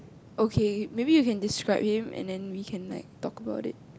okay maybe you can describe him and then we can like talk about it